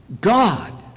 God